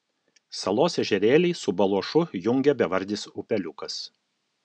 salos ežerėlį su baluošu jungia bevardis upeliukas